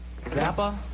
Zappa